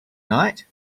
night